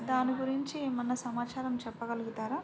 దాని గురించి ఏమైనా సమాచారం చెప్పగలుగుతారా